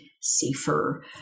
safer